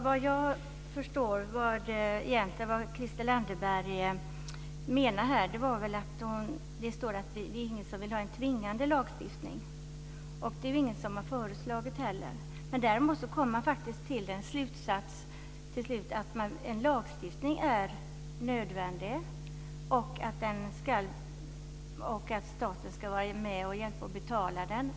Fru talman! Såvitt jag förstår menar Christel Anderberg att det står att ingen vill ha en tvingande lagstiftning. Det är det ingen som har föreslagit heller. Men däremot kommer man till slutsatsen att en lagstiftning är nödvändig och att staten ska vara med och hjälpa till att betala den.